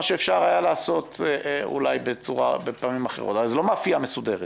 מה שאפשר היה לעשות בדרך כלל אולי --- זו לא מאפייה מסודרת,